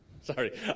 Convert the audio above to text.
Sorry